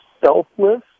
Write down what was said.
selfless